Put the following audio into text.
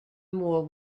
more